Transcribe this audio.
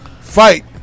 fight